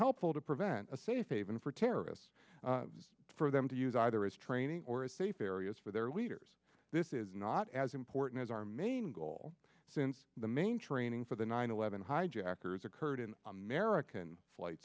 helpful to prevent a safe haven for terrorists for them to use either as training or a safe areas for their leaders this is not as important as our main goal since the main training for the nine eleven hijackers occurred in american flight